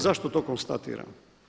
Zašto to konstatiram?